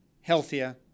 healthier